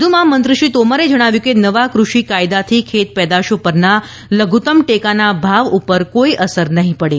વધુમાં મંત્રી શ્રી તોમરે જણાવ્યું કે નવા કૃષિ કાયદાથી ખેતપેદાશો પરના લધુત્તમ ટેકાનાં ભાવ પર કોઈ અસર નહિં પડે